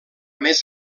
més